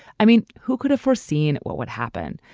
i mean who could have foreseen what would happen.